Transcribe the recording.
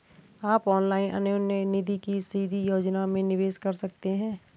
आप ऑनलाइन अन्योन्य निधि की सीधी योजना में निवेश कर सकते हैं